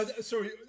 Sorry